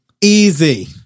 Easy